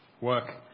Work